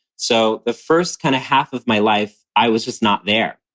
so the first kind of half of my life, i was just not there.